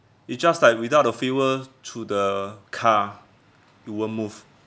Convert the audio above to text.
it's just like without the fuel to the car you won't move